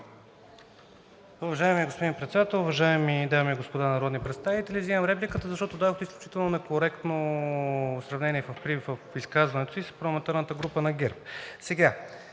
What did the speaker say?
Уважаеми господин Председател, уважаеми дами и господа народни представители! Вземам репликата, защото дадохте изключително некоректно сравнение в изказването си за парламентарната група на ГЕРБ.